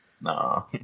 No